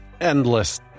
endless